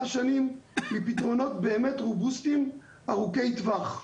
שנים מפתרונות באמת רוגוסטיים ארוכי טווח.